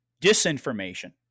disinformation